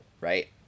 right